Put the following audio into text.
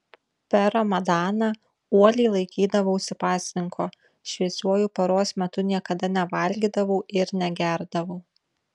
per ramadaną uoliai laikydavausi pasninko šviesiuoju paros metu niekada nevalgydavau ir negerdavau